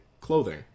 clothing